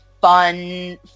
fun